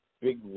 big